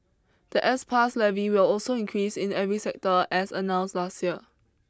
the S Pass levy will also increase in every sector as announced last year